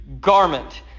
garment